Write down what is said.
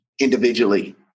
individually